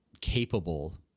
capable